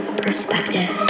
perspective